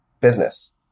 business